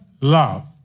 love